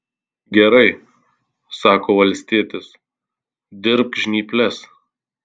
gerai sako valstietis dirbk žnyples